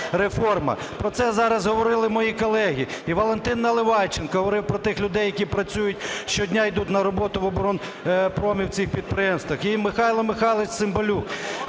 Про це зараз говорили мої колеги і Валентин Наливайченко говорив про тих людей, які працюють, щодня йдуть на роботу в оборонпром і в ці підприємства, і Михайло Михайлович Цимбалюк.